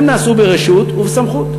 הם נעשו ברשות ובסמכות.